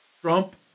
Trump